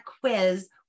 quiz